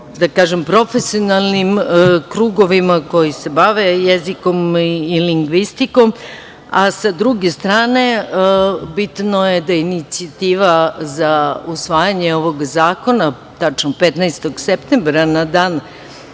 da kažem, profesionalnim krugovima koji se bave jezikom i lingvistikom. Sa druge strane, bitno je da je inicijativa za usvajanje ovog zakona tačno 15. septembra, na dan